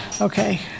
Okay